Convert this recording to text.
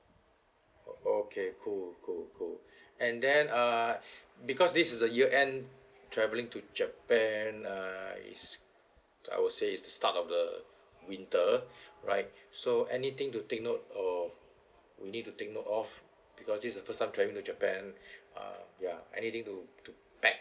o~ okay cool cool cool and then uh because this is the year end travelling to japan uh is I would say is the start of the winter right so anything to take note of we need to take note of because this the first time travelling to japan uh ya anything to pack